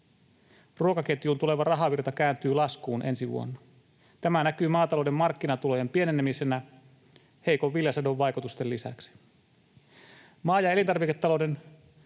Ruokaketjuun tuleva rahavirta kääntyy laskuun ensi vuonna. Tämä näkyy maatalouden markkinatulojen pienenemisenä heikon viljasadon vaikutusten lisäksi. Maa‑ ja elintarviketalouden